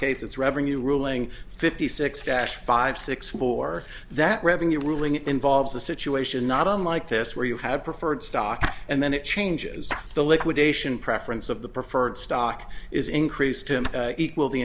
case it's revenue ruling fifty six cash five six for that revenue ruling it involves a situation not unlike this where you have preferred stock and then it changes the liquidation preference of the preferred stock is increased him equal the